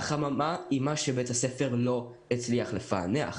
החממה היא מה שבית הספר לא הצליח לפענח,